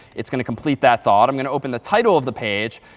it's going to complete that thought. i'm going to open the title of the page,